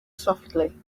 softly